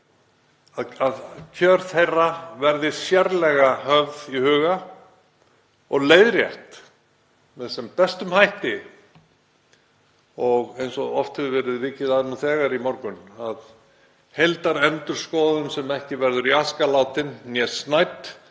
Íslandssögunni, verði sérlega höfð í huga og leiðrétt með sem bestum hætti. Og eins og oft hefur verið vikið að nú þegar í morgun, að heildarendurskoðun, sem ekki verður í aska látin né snædd,